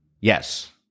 Yes